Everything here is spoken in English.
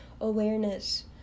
awareness